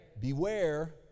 Beware